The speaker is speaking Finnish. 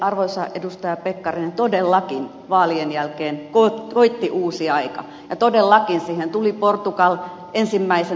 arvoisa edustaja pekkarinen todellakin vaalien jälkeen koitti uusi aika ja todellakin siihen tuli portugali ensimmäisenä